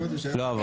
לא עבר.